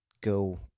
go